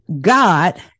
God